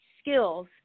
skills